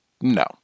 no